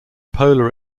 polar